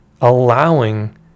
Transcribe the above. allowing